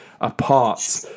apart